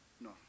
no